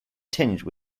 tinged